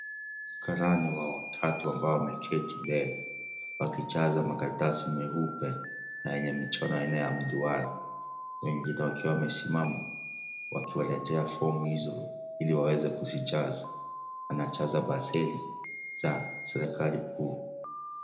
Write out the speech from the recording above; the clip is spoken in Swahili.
Karani watatu ambao wameketi mbele wakijaza makaratasi meupe, na yenye michoro aina ya miduara. Na wengine wakiwa wamesimama wakiwaletea fomu hizo ili waweze kuzijaza. Wanajaza baseli za serikali kuu.